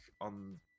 on